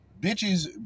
Bitches